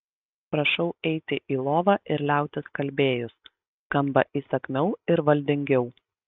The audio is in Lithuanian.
prašau eiti į lovą ir liautis kalbėjus skamba įsakmiau ir valdingiau